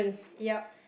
yup